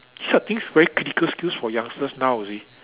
there are things very critical skills for youngsters now you see